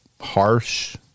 harsh